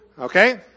Okay